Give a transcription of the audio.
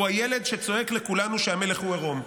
הוא הילד שצועק לכולנו שהמלך הוא עירום.